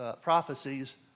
prophecies